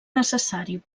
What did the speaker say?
necessari